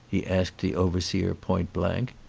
he asked the overseer point blank.